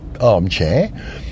armchair